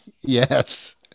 Yes